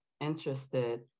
interested